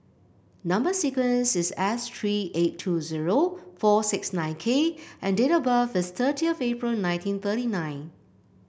number sequence is S three eight two zero four six nine K and date of birth is thirtieth April nineteen thirty nine